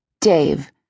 Dave